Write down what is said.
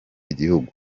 igihugu